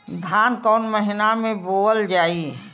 धान कवन महिना में बोवल जाई?